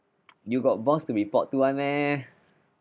you got boss to be report to [one] meh